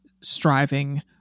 striving